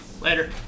Later